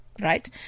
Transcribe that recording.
Right